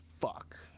fuck